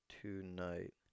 tonight